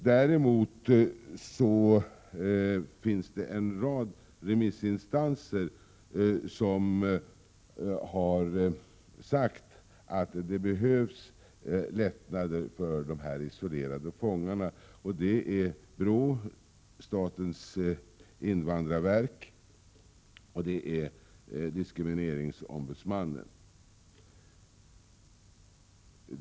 Däremot har en rad remissinstanser — brottsförebyggande rådet, statens invandrarverk och ombudsmannen mot etnisk diskriminering — uttalat att det behövs lättnader för de isolerade fångarna.